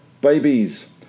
babies